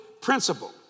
principle